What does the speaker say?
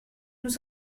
nous